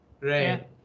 right